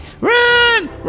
Run